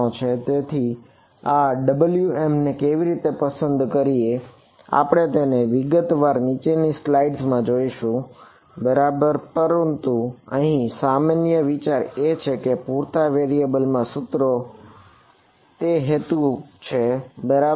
તેથી આ Wm ને કેવી રીતે પસંદ કરીએ આપણે તેને વિગતવાર નીચેની સ્લાઈડ માં પૂરતા સૂત્રો તે હેતુ છે બરાબર